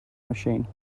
machine